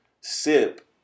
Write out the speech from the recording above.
sip